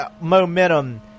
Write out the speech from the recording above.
momentum